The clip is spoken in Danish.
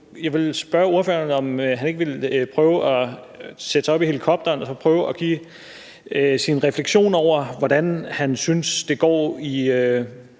jeg vil spørge ordføreren, om ikke han vil sætte sig op i helikopteren og prøve på at komme med sine refleksioner over, hvordan han synes det går i